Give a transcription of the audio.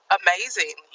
amazing